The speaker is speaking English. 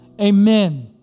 amen